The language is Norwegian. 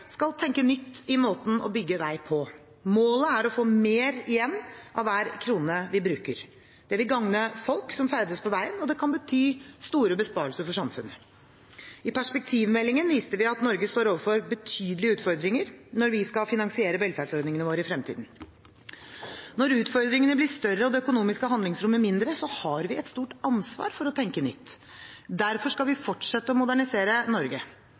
skal tenke nytt i måten å bygge vei på. Målet er å få mer igjen for hver krone vi bruker. Det vil gagne folk som ferdes på veien, og det kan bety store besparelser for samfunnet. I perspektivmeldingen viste vi at Norge står overfor betydelige utfordringer når vi skal finansiere velferdsordningene våre i fremtiden. Når utfordringene blir større og det økonomiske handlingsrommet mindre, har vi et stort ansvar for å tenke nytt. Derfor skal vi fortsette å modernisere Norge.